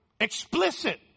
Explicit